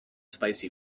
spicy